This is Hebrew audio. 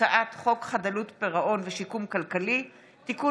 הצעת חוק חדלות פירעון ושיקום כלכלי (תיקון